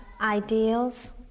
ideals